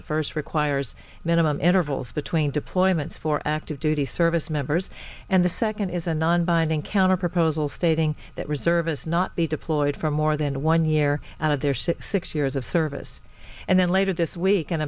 the first requires minimum intervals between deployments for active duty service members and the second is a non binding counterproposal stating that reservists not be deployed for more than one year out of their six six years of service and then later this week an